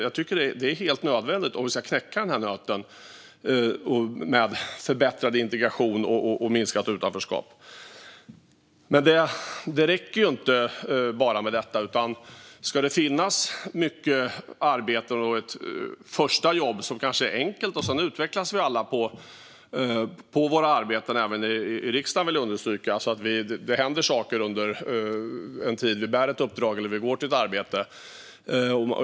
Jag tycker att det är helt nödvändigt om vi ska knäcka den här nöten och få en förbättrad integration och ett minskat utanförskap. Det räcker dock inte med bara detta, utan det behöver finnas arbeten. Det behöver finnas ett första jobb, som kanske är enkelt. Sedan utvecklas vi alla på våra arbeten - även i riksdagen, vill jag understryka. Det händer saker under den tid vi har ett uppdrag eller går till ett arbete.